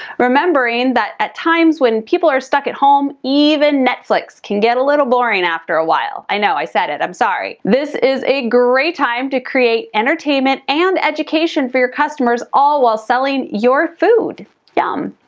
remembering that at times when people are stuck at home even netflix can get a little boring after a while. i know, i said it, i'm sorry. this is a great time to create entertainment and education for your customers all while selling your food yum!